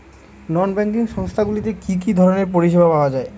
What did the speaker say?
নন banking সংস্থা গুলিতে কি কি ধরনের পরিসেবা পাওয়া য়ায়?